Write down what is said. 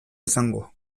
izango